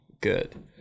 good